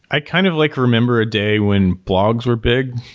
i kind of like remember a day when blogs were big.